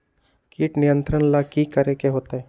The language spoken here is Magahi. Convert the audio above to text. किट नियंत्रण ला कि करे के होतइ?